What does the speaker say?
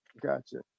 Gotcha